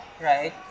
Right